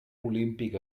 olímpic